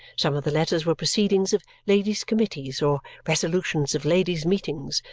some of the letters were proceedings of ladies' committees or resolutions of ladies' meetings,